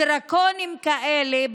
דרקוניים כאלה,